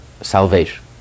salvation